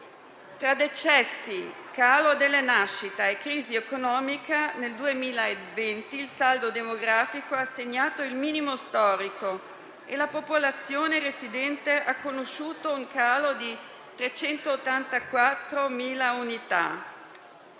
Tra decessi, calo delle nascite e crisi economica, nel 2020 il saldo demografico ha segnato il minimo storico e la popolazione residente ha conosciuto un calo di 384.000 unità.